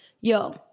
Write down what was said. yo